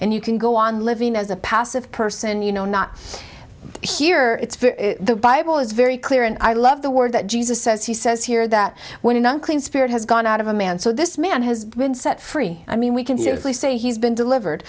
and you can go on living as a passive person you know not here it's the bible is very clear and i love the word that jesus says he says here that when an unclean spirit has gone out of a man so this man has been set free i mean we can safely say he's been delivered